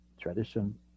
tradition